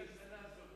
אני דואג לשנה הזאת,